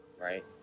right